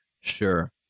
Sure